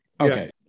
Okay